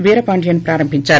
వీరపాండియన్ ప్రారంభించారు